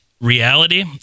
reality